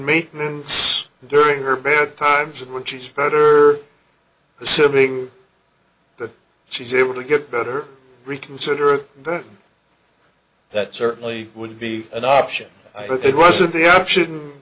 maintenance during her bad times and which is better assuming that she's able to get better reconsider that certainly would be an option but it wasn't the option